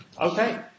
Okay